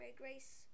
Grace